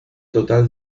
total